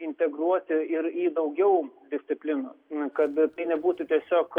integruoti ir į daugiau disciplinų kad tai nebūtų tiesiog